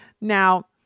Now